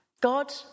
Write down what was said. God